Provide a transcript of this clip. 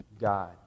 God